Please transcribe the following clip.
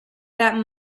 that